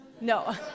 No